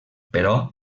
però